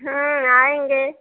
आएंगे